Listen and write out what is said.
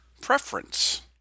preference